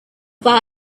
bar